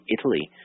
Italy